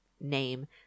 name